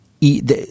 eat